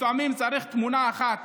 לפעמים צריך תמונה אחת